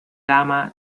gama